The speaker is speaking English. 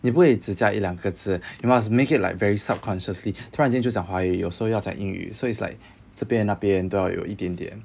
你不可以只加一两个字 you must make it like very subconsciously 突然间就讲华语有时候要讲英语 so it's like 这边那边都要有一点点